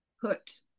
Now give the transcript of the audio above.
put